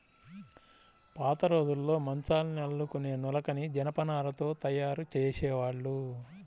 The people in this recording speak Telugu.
పాతరోజుల్లో మంచాల్ని అల్లుకునే నులకని జనపనారతో తయ్యారు జేసేవాళ్ళు